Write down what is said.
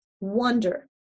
wonder